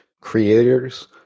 creators